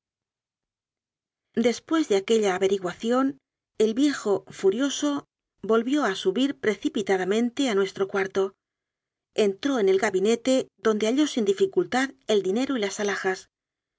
desipués de aquella averiguación el viejo fu rioso volvió a subir precipitadamente a nuestro cuarto entró en el gabinete donde halló sin di ficultad el dinero y las alhajas